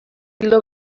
ildo